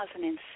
2006